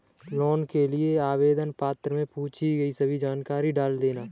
loan के लिए आवेदन पत्र में पूछी गई सभी जानकारी डाल देना